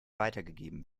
weitergegeben